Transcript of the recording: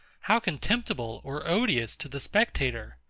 how contemptible or odious to the spectator!